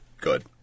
good